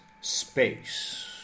space